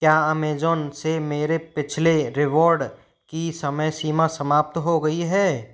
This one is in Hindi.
क्या अमेजौन से मेरे पिछले रिवॉर्ड की समय सीमा समाप्त हो गई है